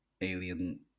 alien